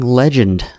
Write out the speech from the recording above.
legend